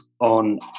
on